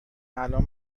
الان